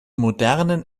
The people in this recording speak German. modernen